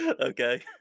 Okay